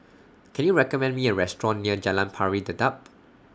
Can YOU recommend Me A Restaurant near Jalan Pari Dedap